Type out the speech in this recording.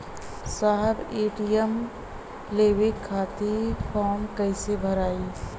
साहब ए.टी.एम लेवे खतीं फॉर्म कइसे भराई?